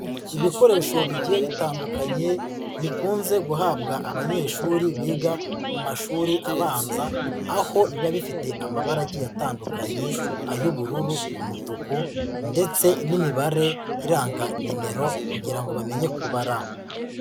Ibikoresho bigiye bitandukanye bikunze guhabwa abanyeshuri biga mu mashuri abanza, aho biba bifite amabara agiye atandukanye ay'ubururu, umutuku ndetse n'imibare iranga nimero kugira ngo bamenye kubara.